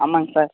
ஆமாங்க சார்